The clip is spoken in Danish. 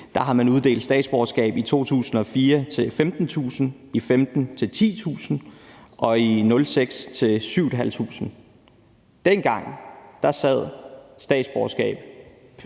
har man uddelt statsborgerskab i 2004 til 15.000, i 2015 til 10.000 og i 2006 til 7.500. Dengang sad statsborgerskab,